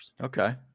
Okay